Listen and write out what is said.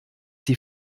die